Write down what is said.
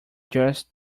just